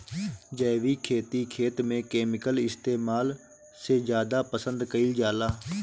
जैविक खेती खेत में केमिकल इस्तेमाल से ज्यादा पसंद कईल जाला